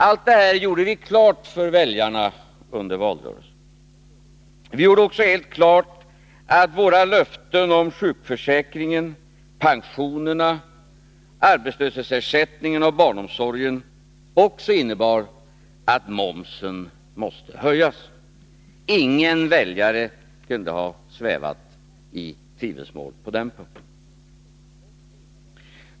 Allt detta gjorde vi klart för väljarna under valrörelsen. Vi gjorde helt klart att våra löften om sjukförsäkringen, pensionerna, arbetslöshetsersättningen och barnomsorgen också innebar att momsen måste höjas. Ingen väljare kan ha svävat i tvivelsmål på den punkten.